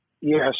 Yes